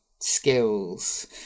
skills